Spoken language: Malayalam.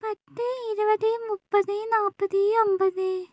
പത്ത് ഇരുപത് മുപ്പതു നാൽപ്പത് അമ്പത്